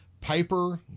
Piper